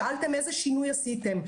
שאלתם: איזה שינוי עשיתם?